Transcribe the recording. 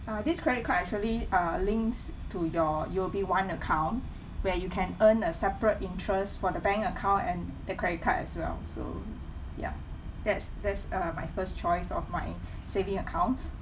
uh this credit card actually uh links to your U_O_B one account where you can earn a separate interest for the bank account and the credit card as well so ya that's that's uh my first choice of my saving accounts